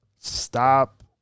Stop